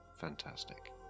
fantastic